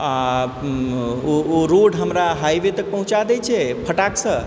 आओर ओ ओ रोड हमरा हाइवे तक पहुँचा दैत छै फटाकसँ